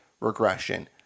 regression